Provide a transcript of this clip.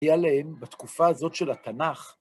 תהיה עליהם בתקופה הזאת של התנ״ך.